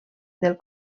del